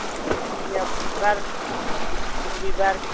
ए बैनिया बुधबार रबिबार